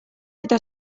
eta